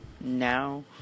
now